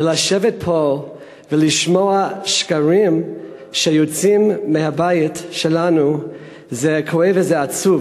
ולשבת פה ולשמוע שקרים שיוצאים מהבית שלנו זה כואב וזה עצוב,